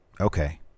okay